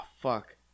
Fuck